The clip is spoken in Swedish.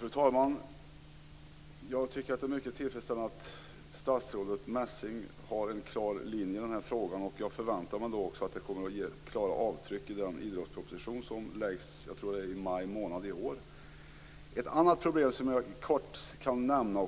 Fru talman! Jag tycker att det är mycket tillfredsställande att statsrådet Messing har en klar linje i den här frågan. Jag förväntar mig då också att det kommer att ge klara avtryck i den idrottsproposition som läggs fram i maj i år. Jag vill också kort nämna ett annat